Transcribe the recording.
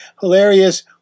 hilarious